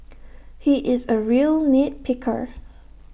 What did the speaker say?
he is A real nit picker